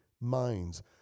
minds